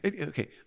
okay